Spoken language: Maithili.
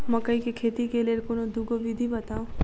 मकई केँ खेती केँ लेल कोनो दुगो विधि बताऊ?